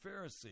Pharisee